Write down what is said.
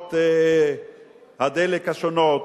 בתחנות הדלק השונות,